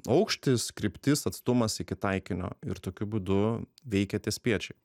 aukštis kryptis atstumas iki taikinio ir tokiu būdu veikia tie spiečiai